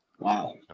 Wow